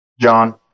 John